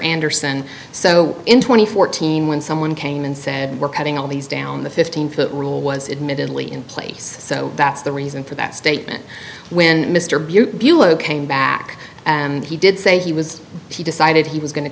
anderson so in twenty fourteen when someone came and said we're cutting all these down the fifteen foot rule was admittedly in place so that's the reason for that statement when mr bute bulow came back and he did say he was he decided he was going to